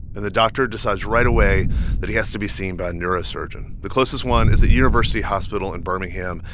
and the doctor decides right away that he has to be seen by a neurosurgeon. the closest one is at university hospital in birmingham,